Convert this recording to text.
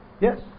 Yes